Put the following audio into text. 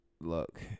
Look